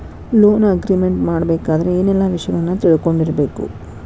Loan agreement ಮಾಡ್ಬೆಕಾದ್ರ ಏನೆಲ್ಲಾ ವಿಷಯಗಳನ್ನ ತಿಳ್ಕೊಂಡಿರ್ಬೆಕು?